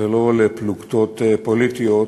ולא לפלוגתות פוליטיות,